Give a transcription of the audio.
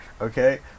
Okay